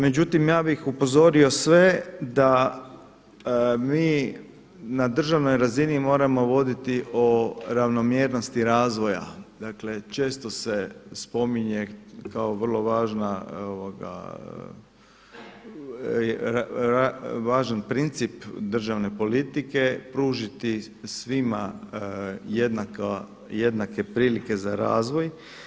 Međutim ja bih upozorio sve da mi na državnoj razini moramo voditi o ravnomjernosti razvoja, dakle često se spominje kao vrlo važan princip državne politike pružiti svima jednake prilike za razvoj.